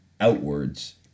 outwards